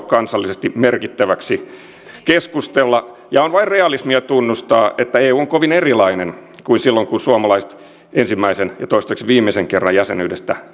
kansallisesti merkittäväksi keskustella ja on vain realismia tunnustaa että eu on kovin erilainen kuin silloin kun suomalaiset ensimmäisen ja toistaiseksi viimeisen kerran jäsenyydestä